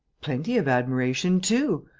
plenty of admiration too.